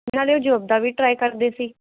ਨਾਲ਼ੇ ਉਹ ਜੋਬ ਦਾ ਵੀ ਟਰਾਈ ਕਰਦੇ ਸੀ